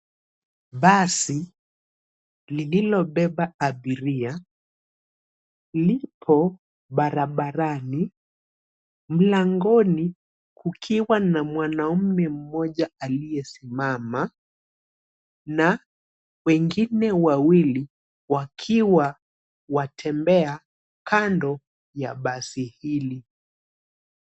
Basi lililobeba abiria lipo barabarani, mlangoni kukiwa na mwanaume mmoja aliyesimama na wengine wawili wakiwa watembea kando ya basi hili.